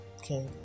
Okay